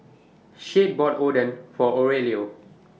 Shade bought Oden For Aurelio